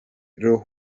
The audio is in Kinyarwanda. rero